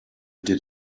did